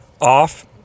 Off